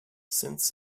since